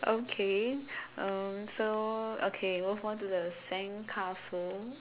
okay um so okay move on to the sandcastle